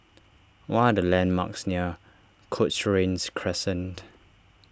what are the landmarks near Cochrane Crescent